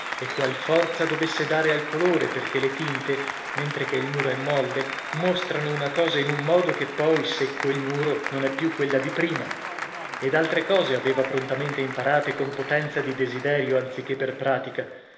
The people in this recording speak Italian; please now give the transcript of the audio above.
e qual forza dovesse dare al colore perchè le tinte mentre che il muro è molle mostrano una cosa in un modo che poi secco il muro non è più quella di prima ed altre cose aveva prontamente imparate con potenza di desiderio anzichè per pratica